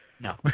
No